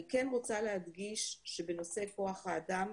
אני כן רוצה להדגיש שבנושא כוח האדם,